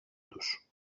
τους